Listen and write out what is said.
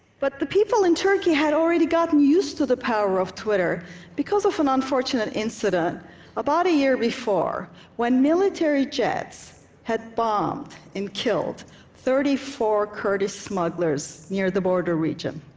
but the people in turkey had already gotten used to the power of twitter because of an unfortunate incident about a year before when military jets had bombed and killed thirty four kurdish smugglers near the border region,